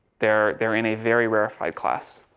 they're, they're in a very rarefied class,